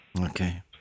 Okay